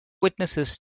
witnesses